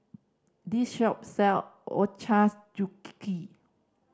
this shop sell Ochazuke